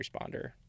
responder